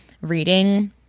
reading